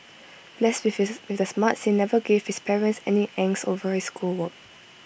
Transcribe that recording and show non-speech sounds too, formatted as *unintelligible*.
blessed with *unintelligible* the smarts he never gave his parents any angst over his schoolwork